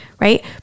right